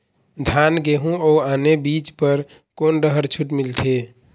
धान गेहूं अऊ आने बीज बर कोन डहर छूट मिलथे?